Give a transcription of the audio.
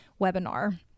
webinar